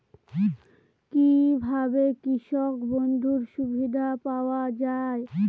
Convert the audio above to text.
কি ভাবে কৃষক বন্ধুর সুবিধা পাওয়া য়ায়?